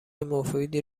مفیدی